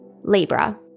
Libra